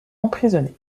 emprisonné